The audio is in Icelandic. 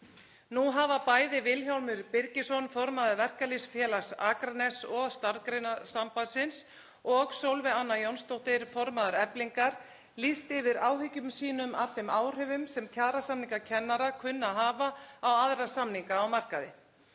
Nú hafa bæði Vilhjálmur Birgisson, formaður Verkalýðsfélags Akraness og Starfsgreinasambandsins, og Sólveig Anna Jónsdóttir, formaður Eflingar, lýst yfir áhyggjum sínum af þeim áhrifum sem kjarasamningar kennara kunna að hafa á aðra samninga á markaði.